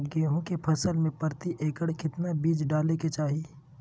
गेहूं के फसल में प्रति एकड़ कितना बीज डाले के चाहि?